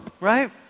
right